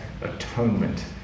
atonement